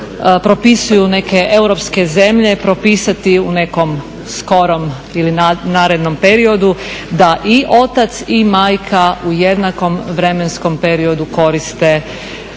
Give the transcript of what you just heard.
propisuju neke europske zemlje propisati u nekom skorom ili narednom periodu da i otac i majka u jednakom vremenskom periodu koriste